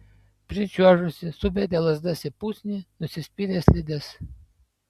pričiuožusi subedė lazdas į pusnį nusispyrė slides